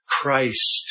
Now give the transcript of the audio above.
Christ